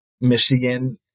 Michigan